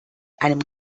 einem